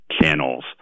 channels